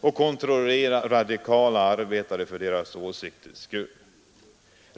och kontrollera radikala arbetare för deras åsikters skull.